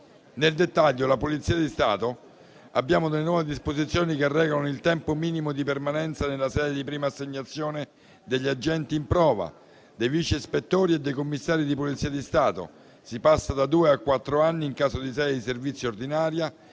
Nel dettaglio, per la Polizia di Stato abbiamo nuove disposizioni che regolano il tempo minimo di permanenza nella sede di prima assegnazione degli agenti in prova, dei vice ispettori e dei commissari di Polizia di Stato: si passa da due a quattro anni in caso di sede di servizio ordinaria